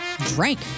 drank